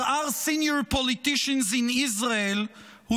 there are senior politicians in Israel who